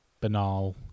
banal